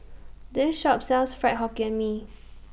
This Shop sells Fried Hokkien Mee